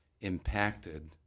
impacted